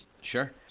Sure